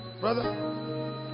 Brother